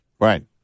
Right